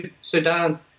Sudan